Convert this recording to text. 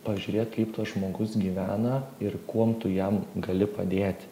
pažiūrėt kaip tas žmogus gyvena ir kuom tu jam gali padėti